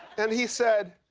and he said,